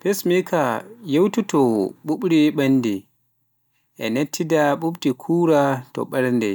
Pacemaker ƴeewtotoo ɓuuɓri ɓernde e ti Nelda ɓuuɓri kuuraa to ɓernde